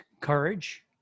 courage